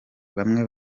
bamwe